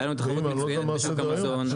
היה לנו תחרות מצוינת בשוק המזון,